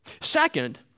Second